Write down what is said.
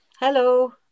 Hello